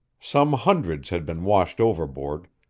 some hundreds had been washed overboard,